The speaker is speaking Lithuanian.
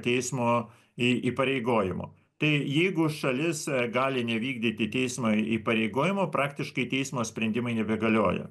teismo į įpareigojimo tai jeigu šalis gali nevykdyti teismo įpareigojimo praktiškai teismo sprendimai nebegalioja